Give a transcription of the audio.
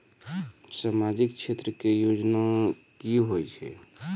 समाजिक क्षेत्र के योजना की होय छै?